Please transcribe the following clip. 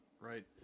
right